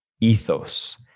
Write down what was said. ethos